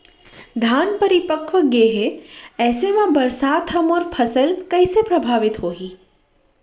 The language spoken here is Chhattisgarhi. धान परिपक्व गेहे ऐसे म बरसात ह मोर फसल कइसे प्रभावित होही?